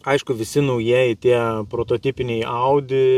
aišku visi naujieji tie prototipiniai audi